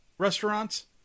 Restaurants